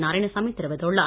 நாராயணசாமி தெரிவித்துள்ளார்